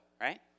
right